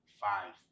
five